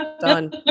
done